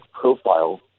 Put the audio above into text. profile